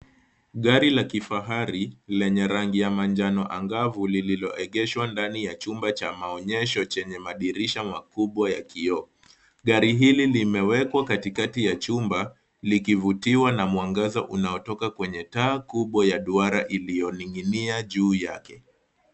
Gari la kifahari lenye rangi ya manjano angavu lililoegeshwa ndani ya chumba cha maonyesho chenye madirisha makubwa ya kioo. Gari hili limewekwa katikati ya chumba, likivutiwa na mwangaza unaotoka kwenye taa kubwa ya duara iliyoning'inia juu yake.